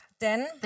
Denn